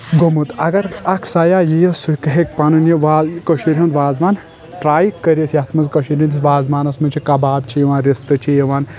گوٚمُت اگر اکھ سیاح ییہِ سُہ ہیٚکہِ پنُن یہِ وا کٔشیٖر ہُنٛد وازوان ٹراے کٔرِتھ یتھ منٛز کٔشیٖر ہنٛدِس وازوانس منٛز چھِ کباب چھِ یِوان رستہٕ چھِ یِوان